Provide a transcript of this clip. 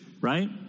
right